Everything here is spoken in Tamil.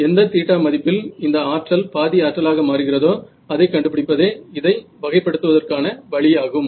எந்த தீட்டா மதிப்பில் இந்த ஆற்றல் பாதி ஆற்றலாக மாறுகிறதோ அதை கண்டுபிடிப்பதே இதை வகைப் படுத்துவதற்கான வழியாகும்